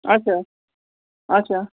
اچھا اچھا